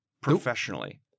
professionally